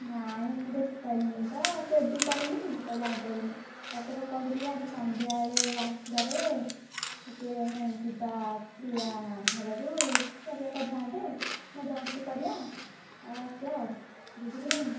ନାଇଁ ମୁଁ ଦେଖିପାରିଲିନି ତ ସେଭ୍ ବି କରିନି ତ ଜାଣିପାରିଲିନି ତତେ କଣ କହୁଥିଲି କି ଟିକେ ଆଜି ସନ୍ଧ୍ୟାବେଳେ ଆଠଟା ରେ ଟିକେ ଯିବା ପ୍ରିୟା ଢାବା କୁ ଖିଆ ପିଆ କରିଥାନ୍ତେ ମଜା ମସ୍ତି କରିବା ଆଉ ଆସିବା ଆଉ ଯିବୁ କି ନାହିଁ